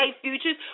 futures